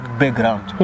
background